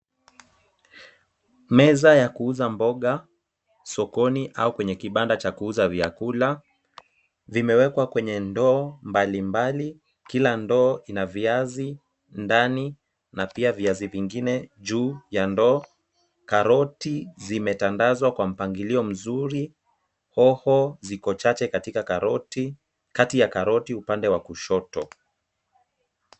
Meza ya kuuza mboga sokoni au kwenye kibanda cha kuuza vyakula. Vimewekwa kwenye ndoo mbalimbali. Kila ndoo ina viazi ndani na pia viazi vingine juu ya ndoo. Karoti zimetandazwa kwa mpangilio mzuri, hoho ziko chache katika karoti, kati ya karoti upande wa kushoto.